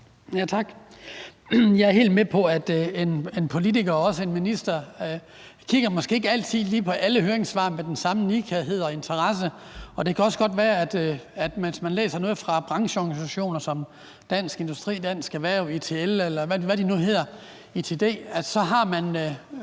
Jeg er helt med på, at en politiker og også en minister måske ikke altid lige kigger på alle høringssvar med den samme nidkærhed og interesse. Det kan også godt være, at hvis man læser noget fra brancheorganisationer som Dansk Industri, Dansk Erhverv, DTL, ITD, og hvad de nu hedder, så synes man